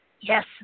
Yes